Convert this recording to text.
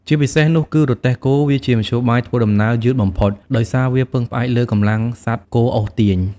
ជាពិសេសនោះគឺរទេះគោ វាជាមធ្យោបាយធ្វើដំណើរ យឺតបំផុត ដោយសារវាពឹងផ្អែកលើកម្លាំងសត្វគោអូសទាញ ។